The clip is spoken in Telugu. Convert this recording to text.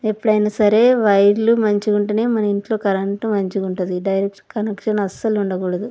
ఎప్పుడయినా సరే వైర్లు మంచి గ ఉంటే మన ఇంట్లో కరెంటు మంచిగ ఉంటుంది డైరెక్ట్ కనెక్షన్ అసలు ఉండకూడదు